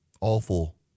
Awful